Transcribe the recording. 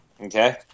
Okay